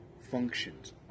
functions